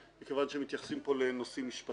גם היית יועץ משפטי של משרד ראש הממשלה,